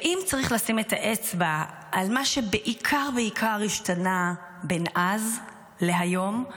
ואם צריך לשים את האצבע על מה שבעיקר בעיקר השתנה בין אז להיום,